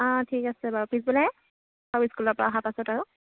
অঁ ঠিক আছে বাৰু পিছবেলাহে অঁ স্কুলৰপৰা অহা পাছত আৰু